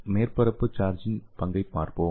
மேற்பரப்பு சார்ஜின் பங்கைப் பார்ப்போம்